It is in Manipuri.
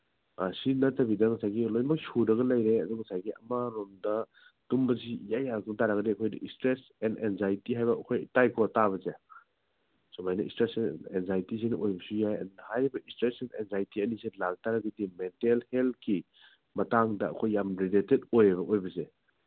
ꯑꯥ ꯁꯤ ꯅꯠꯇꯕꯤꯗ ꯉꯁꯥꯏꯒꯤ ꯂꯣꯏꯅꯃꯛ ꯁꯨꯔꯒ ꯂꯩꯔꯦ ꯑꯗꯨ ꯉꯁꯥꯏꯒꯤ ꯑꯃꯔꯣꯝꯗꯅ ꯇꯨꯝꯕꯁꯤ ꯏꯌꯥ ꯌꯥꯗ ꯇꯥꯔꯒꯗꯤ ꯑꯩꯈꯣꯏꯗꯤ ꯏꯁꯇ꯭ꯔꯦꯁ ꯑꯦꯟ ꯑꯦꯟꯖꯥꯏꯇꯤ ꯍꯥꯏꯕ ꯑꯩꯈꯣꯏ ꯇꯥꯏꯀꯣ ꯇꯥꯕꯁꯦ ꯁꯨꯃꯥꯏꯅ ꯏꯁꯇ꯭ꯔꯦꯁ ꯑꯦꯟ ꯑꯦꯟꯖꯥꯏꯇꯤꯅ ꯑꯣꯏꯕꯁꯨ ꯌꯥꯏ ꯍꯥꯏꯔꯤꯕ ꯏꯁꯇ꯭ꯔꯦꯁ ꯑꯦꯟ ꯑꯦꯟꯖꯥꯏꯇꯤ ꯑꯅꯤꯁꯦ ꯂꯥꯛ ꯇꯥꯔꯒꯗꯤ ꯃꯦꯟꯇꯦꯜ ꯍꯦꯜꯠꯀꯤ ꯃꯇꯥꯡꯗ ꯑꯩꯈꯣꯏ ꯌꯥꯝ ꯔꯤꯂꯦꯇꯦꯠ ꯑꯣꯏꯌꯦꯕ ꯑꯣꯏꯕꯁꯦ